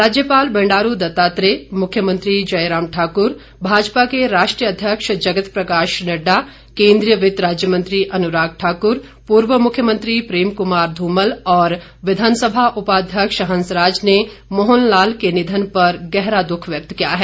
राज्यपाल बंडारू दत्तात्रेय मुख्यमंत्री जयराम ठाक्र भाजपा के राष्ट्रीय अध्यक्ष जगत प्रकाश नड़डा केंद्रीय वित्त राज्य मंत्री अनुराग ठाकुर पूर्व मुख्यमंत्री प्रेम कुमार धूमल और विधानसभा उपाध्यक्ष हंसराज ने मोहन लाल के निधन पर गहरा दुख व्यक्त किया है